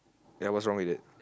ya what's wrong with it